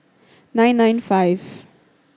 nine nine five